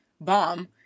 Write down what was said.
bomb